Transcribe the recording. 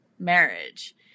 marriage